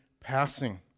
passing